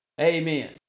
Amen